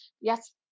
Yes